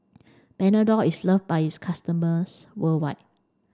panadol is loved by its customers worldwide